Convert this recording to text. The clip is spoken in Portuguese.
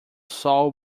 sol